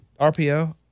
RPO